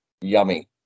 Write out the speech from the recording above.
yummy